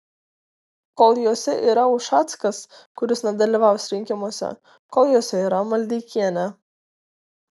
kol jose yra ušackas kuris nedalyvaus rinkimuose kol juose yra maldeikienė